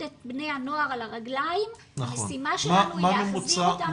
את בני הנוער על הרגליים המשימה שלנו היא להחזיר אותם --- נכון.